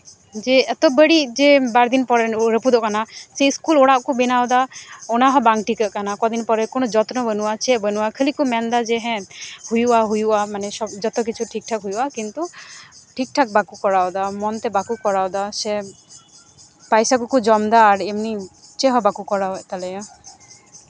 ᱡᱮ ᱮᱛᱚ ᱵᱟᱹᱲᱤᱡ ᱡᱮ ᱵᱟᱨᱫᱤᱱ ᱯᱚᱨᱮ ᱨᱟᱹᱯᱩᱫᱚᱜ ᱠᱟᱱᱟ ᱥᱮ ᱤᱥᱠᱩᱞ ᱚᱲᱟᱜ ᱠᱚ ᱵᱮᱱᱟᱣᱮᱫᱟ ᱚᱱᱟᱦᱚᱸ ᱵᱟᱝ ᱴᱤᱠᱟᱹᱜ ᱠᱟᱱᱟ ᱠᱚᱫᱤᱱ ᱯᱚᱨᱮ ᱠᱳᱱᱳ ᱡᱚᱛᱱᱚ ᱵᱟᱹᱱᱩᱜᱼᱟ ᱪᱮᱫ ᱵᱟᱹᱱᱩᱜᱼᱟ ᱠᱷᱟᱹᱞᱤ ᱠᱚ ᱢᱮᱱᱫᱟ ᱡᱮ ᱦᱮᱸ ᱦᱩᱭᱩᱜᱼᱟ ᱦᱩᱭᱩᱜᱼᱟ ᱢᱟᱱᱮ ᱡᱚᱛᱚ ᱠᱤᱪᱷᱩ ᱴᱷᱤᱠ ᱴᱷᱟᱠ ᱦᱩᱭᱩᱜᱼᱟ ᱠᱤᱱᱛᱩ ᱴᱷᱤᱠ ᱴᱷᱟᱠ ᱵᱟᱠᱚ ᱠᱚᱨᱟᱣᱫᱟ ᱢᱚᱱᱛᱮ ᱵᱟᱠᱚ ᱠᱚᱨᱟᱣᱫᱟ ᱥᱮ ᱯᱚᱭᱥᱟ ᱠᱚᱠᱚ ᱡᱚᱢᱫᱟ ᱟᱨ ᱮᱢᱱᱤ ᱪᱮᱫᱦᱚᱸ ᱵᱟᱠᱚ ᱠᱚᱨᱟᱣᱮᱫ ᱛᱟᱞᱮᱭᱟ